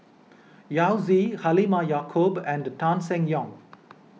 Yao Zi Halimah Yacob and Tan Seng Yong